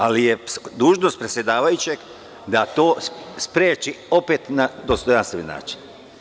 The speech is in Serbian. Ali, dužnost je predsedavajućeg da to spreči, opet na dostojanstven način.